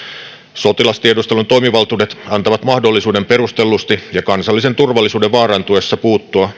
sotilastiedustelun toimivaltuudet antavat mahdollisuuden perustellusti ja kansallisen turvallisuuden vaarantuessa puuttua